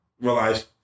realize